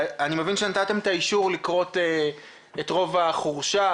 אני מבין שנתתם את האישור לכרות את רוב החורשה,